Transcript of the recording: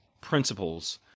principles